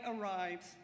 arrives